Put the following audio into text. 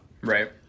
Right